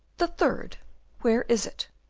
the third where is it?